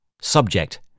Subject